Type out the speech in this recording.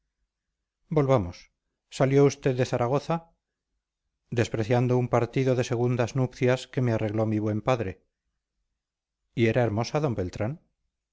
volvamos salió usted de zaragoza despreciando un partido de segundas nupcias que me arregló mi buen padre y era hermosa d beltrán